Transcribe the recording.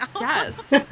Yes